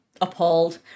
Appalled